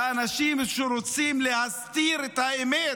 לאנשים שרוצים להסתיר את האמת